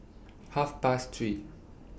Half Past three